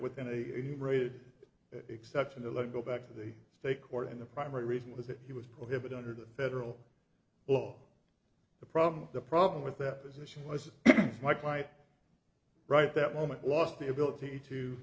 within a related exception to let go back to the state court and the primary reason was that he would prohibit under the federal law the problem the problem with that position was my plight right that moment lost the ability to